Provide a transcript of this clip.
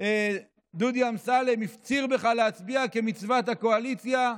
דודי אמסלם הפציר בך להצביע כמצוות הקואליציה,